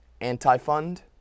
anti-fund